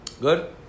Good